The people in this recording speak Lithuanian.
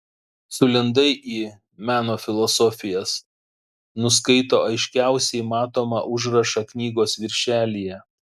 sulindai į meno filosofijas nuskaito aiškiausiai matomą užrašą knygos viršelyje